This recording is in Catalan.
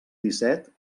disset